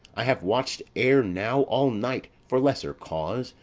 i have watch'd ere now all night for lesser cause,